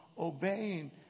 obeying